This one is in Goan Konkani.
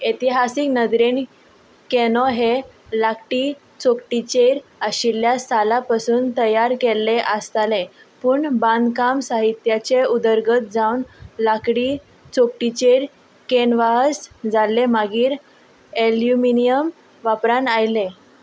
इतिहासीक नदरेन कॅनो हे लाकडी चौकटीचेर आशिल्ल्या साला पासून तयार केल्लें आसतालें पूण बांदकाम साहित्याची उदरगत जावन लाकडी चौकटीचेर कॅनवस जाल्लें मागीर एल्युमिनीयम वापरांत आयलें